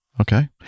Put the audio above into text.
okay